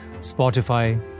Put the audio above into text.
Spotify